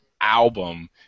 album